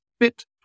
FIT